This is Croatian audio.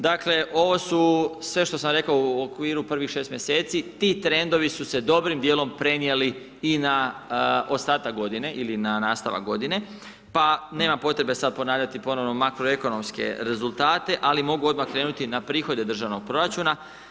Dakle, ovo su sve što sam rekao u okviru prvih 6 mjeseci, ti trendovi su se dobrim dijelom prenijeli i na ostatak godine ili na nastavak godine pa nema potrebe sada ponavljati ponovno makroekonomske rezultate ali mogu odmah krenuti i na prihode državnog proračuna.